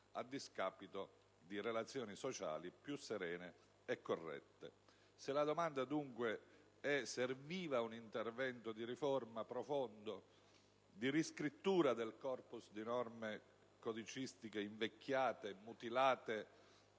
a discapito di relazioni sociali più serene e corrette. Se la domanda è dunque volta a capire se serviva un intervento di riforma profondo, di riscrittura del *corpus* di norme codicistiche, invecchiate e mutilate